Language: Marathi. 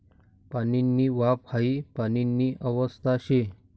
पाणीनी वाफ हाई पाणीनी अवस्था शे